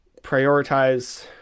prioritize